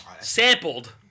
Sampled